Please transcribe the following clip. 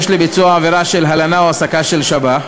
לביצוע עבירה של הלנה או העסקה של שב"ח,